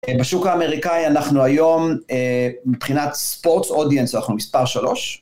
בשוק האמריקאי אנחנו היום מבחינת ספורטס אודיאנס, אנחנו מספר 3.